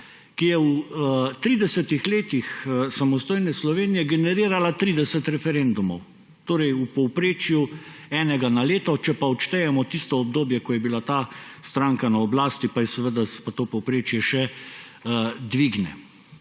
ki je v 30 letih samostojne Slovenije generirala 30 referendumom; torej v povprečju enega na leto, če pa odštejemo tisto obdobje, ko je bila ta stranka na oblasti, pa se to povprečje še dvigne.